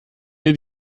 ihr